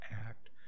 act